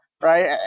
right